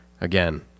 Again